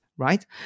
right